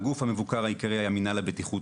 הגוף המבוקר העיקרי היה מינהל הבטיחות